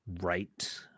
right